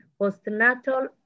postnatal